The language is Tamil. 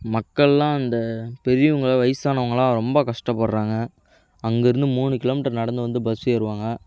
மக்களெல்லாம் அந்த பெரியவங்க வயிசானவங்களெலாம் ரொம்ப கஷ்டப்படுறாங்க அங்கேருந்து மூணு கிலோமீட்டர் நடந்து வந்து பஸ் ஏறுவாங்க